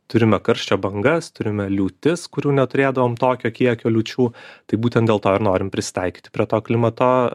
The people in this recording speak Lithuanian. turime karščio bangas turime liūtis kurių neturėdavom tokio kiekio liūčių tai būtent dėl to ir norim prisitaikyti prie to klimato